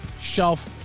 shelf